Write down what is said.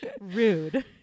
Rude